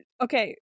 okay